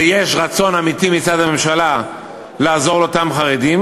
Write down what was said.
ויש רצון אמיתי מצד הממשלה לעזור לאותם חרדים,